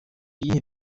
iyihe